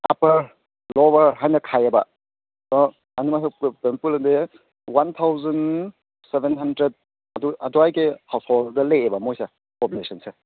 upper lower ꯍꯥꯏꯅ ꯊꯥꯏꯌꯦꯕ ꯑꯗꯣ ꯑꯅꯤꯃꯛꯁꯦ ꯄꯨꯜꯂꯗꯤ ꯋꯥꯟ ꯊꯥꯎꯖꯟ ꯁꯕꯦꯟ ꯍꯟꯗ꯭ꯔꯦꯗ ꯑꯗꯨ ꯑꯗꯨꯋꯥꯏꯒꯤ ꯍꯥꯎꯁꯍꯣꯜꯗ ꯂꯩꯌꯦꯕ ꯃꯣꯏꯁꯦ ꯄꯣꯄꯨꯂꯦꯁꯟꯁꯦ